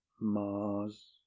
mars